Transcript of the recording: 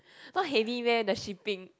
not heavy meh the shipping